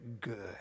good